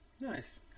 nice